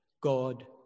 God